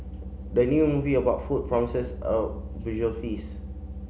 the new movie about food promises a visual feast